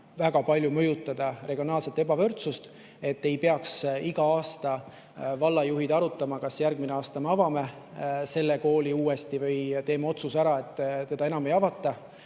väga palju mõjutada regionaalset ebavõrdsust. Siis ei peaks igal aastal vallajuhid arutama, kas me järgmine aasta avame oma kooli endiselt või teeme otsuse ära, et seda enam ei avata.